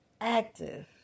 active